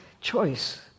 choice